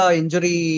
injury